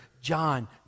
John